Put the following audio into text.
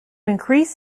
increase